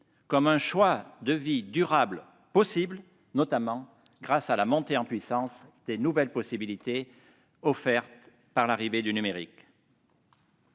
un choix de vie possible durablement, notamment grâce à la montée en puissance des nouvelles possibilités offertes par l'arrivée du numérique.